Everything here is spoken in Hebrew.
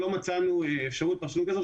לא מצאנו אפשרות, פרשנות כזו.